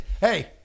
hey